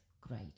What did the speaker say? great